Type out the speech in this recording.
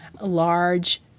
large